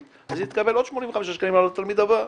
אז היא תקבל עוד 85 שקלים על התלמיד הבא.